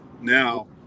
Now